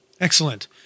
Excellent